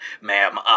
ma'am